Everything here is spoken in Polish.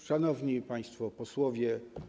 Szanowni Państwo Posłowie!